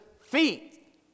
feet